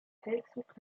feldzug